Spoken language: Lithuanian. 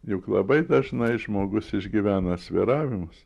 juk labai dažnai žmogus išgyvena svyravimus